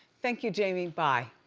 thank you jamie, bye.